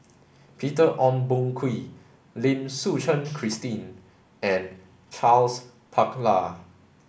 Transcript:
Peter Ong Boon Kwee Lim Suchen Christine and Charles Paglar